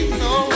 no